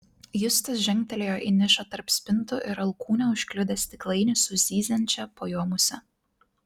justas žengtelėjo į nišą tarp spintų ir alkūne užkliudė stiklainį su zyziančia po juo muse